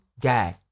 guy